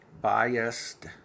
biased